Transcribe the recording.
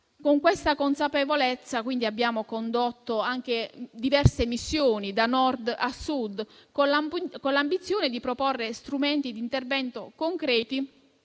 con questa consapevolezza abbiamo condotto anche diverse missioni da Nord a Sud, con l'ambizione di proporre strumenti di intervento concreti,